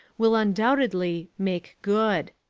will undoubtedly make good.